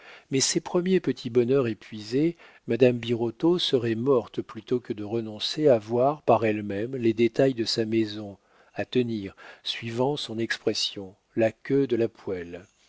mais ces premiers petits bonheurs épuisés madame birotteau serait morte plutôt que de renoncer à voir par elle-même les détails de sa maison à tenir suivant son expression la queue de la poêle